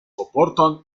soportan